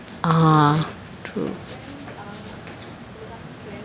(uh huh) true